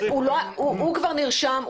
הוא כבר נרשם,